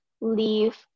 leave